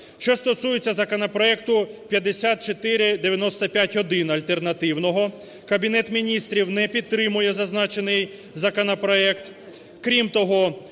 Що стосується законопроекту 5495-1 альтернативного. Кабінет Міністрів не підтримує зазначений законопроект.